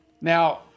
Now